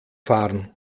fahren